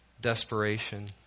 desperation